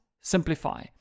simplify